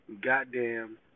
goddamn